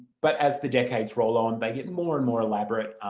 but as the decades roll on they get more and more elaborate,